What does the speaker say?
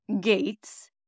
gates